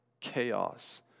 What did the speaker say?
Chaos